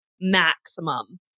maximum